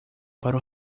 para